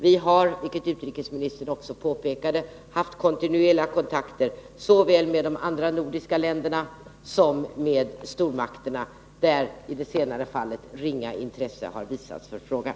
Vi har, vilket utrikesministern också påpekade, haft kontinuerliga kontakter såväl med de andra nordiska länderna som med stormakterna. I det senare fallet har ringa intresse visats för frågan.